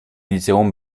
liceum